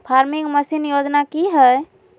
Farming machine योजना कि हैय?